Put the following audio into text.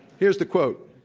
here's the quote,